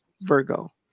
Virgo